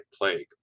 plague